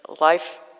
life